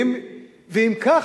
ואם כך,